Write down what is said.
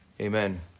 Amen